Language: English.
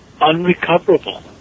unrecoverable